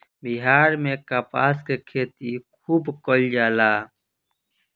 बिहार में कपास के खेती खुब कइल जाला